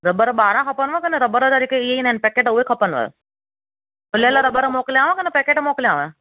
रॿर ॿारहं खपनिव की न रॿर जा जेके इहे ईंदा आहिनि पैकिट ऊहे खपनिव खुलियल रॿर मोकिलियांव की न पैकेट मोकिलियांव